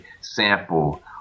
sample